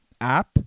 app